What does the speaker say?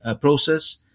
process